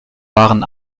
waren